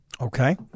Okay